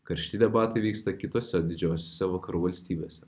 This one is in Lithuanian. karšti debatai vyksta kitose didžiosiose vakarų valstybėse